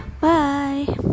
Bye